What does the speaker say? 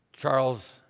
Charles